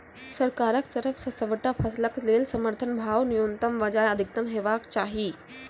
सरकारक तरफ सॅ सबटा फसलक लेल समर्थन भाव न्यूनतमक बजाय अधिकतम हेवाक चाही?